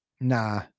nah